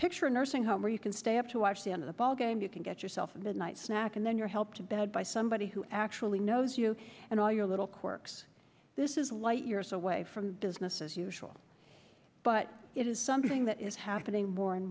picture a nursing home where you can stay up to watch the end of the ballgame you can get yourself a midnight snack and then your help to bed by somebody who actually knows you and all your little quirks this is light years away from business as usual but it is something that is happening more and